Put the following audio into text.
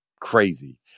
crazy